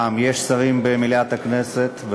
הפעם יש שרים במליאת הכנסת,